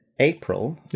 april